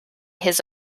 his